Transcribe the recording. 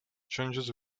changes